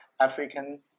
African